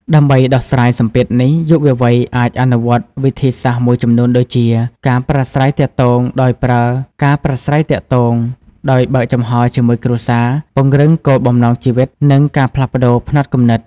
ដើម្បីដោះស្រាយសម្ពាធនេះ យុវវ័យអាចអនុវត្តវិធីសាស្ត្រមួយចំនួនដូចជា ការប្រាស្រ័យទាក់ទងដោយបើកចំហជាមួយគ្រួសារ ពង្រឹងគោលបំណងជីវិត នឹងការផ្លាស់ប្តូរផ្នត់គំនិត ។